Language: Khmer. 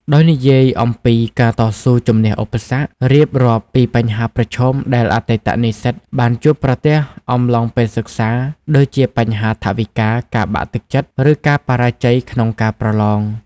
ដោយនិយាយអំពីការតស៊ូជំនះឧបសគ្គ រៀបរាប់ពីបញ្ហាប្រឈមដែលអតីតនិស្សិតបានជួបប្រទះអំឡុងពេលសិក្សា ដូចជាបញ្ហាថវិកា ការបាក់ទឹកចិត្ត ឬការបរាជ័យក្នុងការប្រឡង។